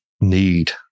need